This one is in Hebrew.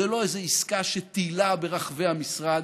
זו לא איזו עסקה שטיילה ברחבי המשרד,